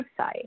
website